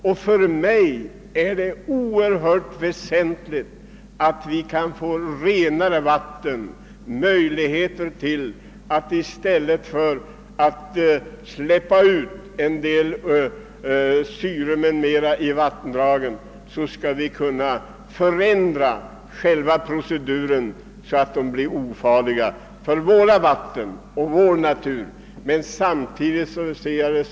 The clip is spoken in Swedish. Enligt min mening är det mycket väsentligt att få renare vatten och att vi i stället för att släppa ut vissa syror m.m. i vattnen ändrar själva proceduren, så att avfallsprodukterna blir ofarliga för naturen.